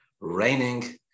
raining